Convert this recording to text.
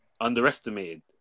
underestimated